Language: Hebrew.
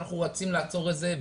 אנחנו רוצים לעצור את זה,